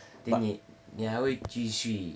then 你你还会继续